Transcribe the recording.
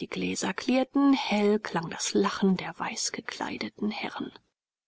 die gläser klirrten hell klang das lachen der weißgekleideten herren